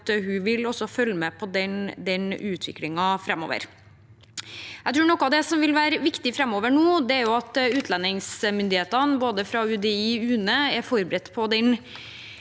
at hun vil følge med på den utviklingen framover. Jeg tror noe av det som vil være viktig framover nå, er at utlendingsmyndighetene, både fra UDI og UNE, er forberedt på